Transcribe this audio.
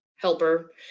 helper